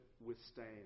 withstand